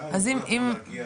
עדיין זה לא יכול להגיע